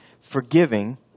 forgiving